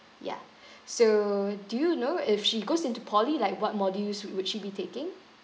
yeah so do you know if she goes into poly like what modules would she be taking